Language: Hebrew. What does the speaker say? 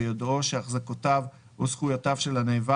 ביודעו שהחזקותיו או זכויותיו של הנעבר